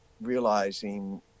realizing